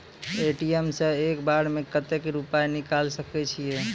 ATM सऽ एक बार म कत्तेक रुपिया निकालि सकै छियै?